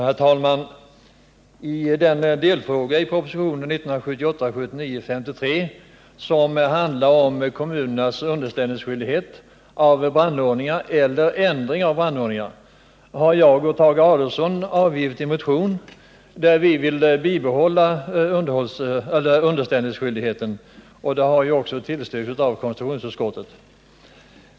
Herr talman! I den delfråga i propositionen 1978/79:53 som handlar om kommunernas underställningsskyldighet när det gäller brandordningar eller ändring av brandordningar har jag och Tage Adolfsson väckt en motion om att vi vill behålla underställningsskyldigheten. Det kravet har tillstyrkts av konstitutionsutskottet.